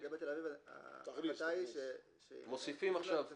כרגע לגבי תל אביב ההחלטה היא שמוסיפים לה סגן